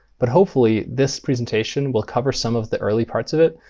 but hopefully, this presentation will cover some of the early parts of it.